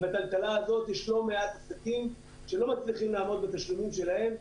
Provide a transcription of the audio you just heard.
בטלטלה הזאת יש לא מעט עסקים שלא מצליחים לעמוד בתשלומים שלהם.